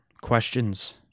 questions